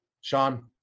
Sean